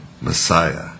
Messiah